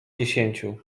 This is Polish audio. dziesięciu